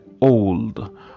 old